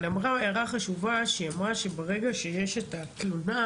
אבל היא אמרה הערה חשובה, שברגע שיש את התלונה,